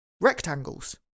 rectangles